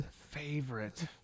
favorite